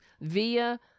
via